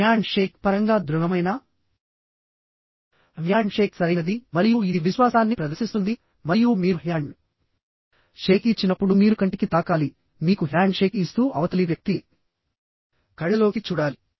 hand shake పరంగా దృఢమైన handshake సరైనది మరియు ఇది విశ్వాసాన్ని ప్రదర్శిస్తుంది మరియు మీరు హ్యాండ్ షేక్ ఇచ్చినప్పుడు మీరు కంటికి తాకాలి మీకు హ్యాండ్ షేక్ ఇస్తూ అవతలి వ్యక్తి కళ్ళలోకి చూడాలి